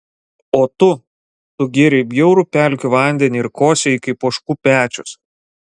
o tu tu gėrei bjaurų pelkių vandenį ir kosėjai kaip ožkų pečius